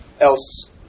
else